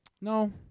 No